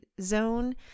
zone